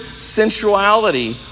sensuality